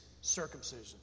circumcision